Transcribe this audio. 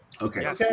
Okay